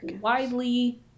widely